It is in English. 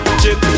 chip